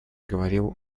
говорил